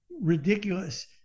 ridiculous